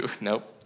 nope